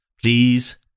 Please